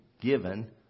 given